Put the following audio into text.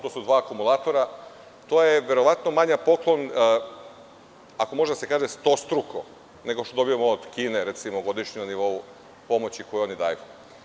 To su dva akumulatora, to je verovatno manji poklon, ako može da se kaže stostruko nego što dobijamo od Kine, recimo na godišnjem nivou pomoć koju oni daju.